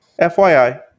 FYI